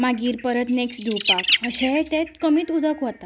मागीर परत नेक्स्ट धुवपाक अशेंय तें कमीच उदक वता